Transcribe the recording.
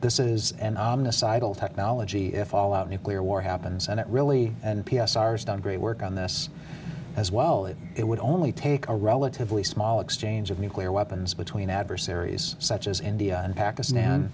this is an ominous cycle technology if all out nuclear war happens and it really and p s ares done great work on this as well if it would only take a relatively small exchange of nuclear weapons between adversaries such as india and pakistan